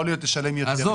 יכול להיות שתשלם יותר.